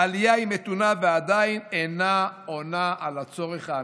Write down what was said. העלייה מתונה ועדיין לא עונה על הצורך האמיתי.